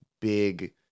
big